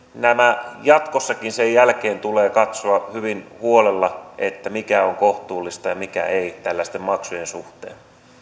jatkossakin sen jälkeen tulee katsoa hyvin huolella mikä on kohtuullista ja mikä ei tällaisten maksujen suhteen